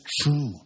true